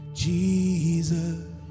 Jesus